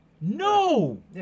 No